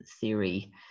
theory